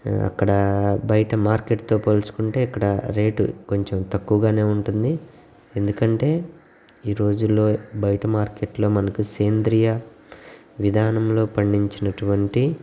అక్కడ బయట మార్కెట్తో పోల్చుకుంటే ఇక్కడ రేటు కొంచెం తక్కువగానే ఉంటుంది ఎందుకంటే ఈరోజుల్లో బయట మార్కెట్లో మనకి సేంద్రియ విధానంలో పండించినటువంటి